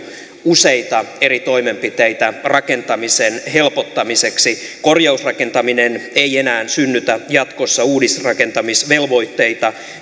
useita eri toimenpiteitä rakentamisen helpottamiseksi korjausrakentaminen ei enää synnytä jatkossa uudisrakentamisvelvoitteita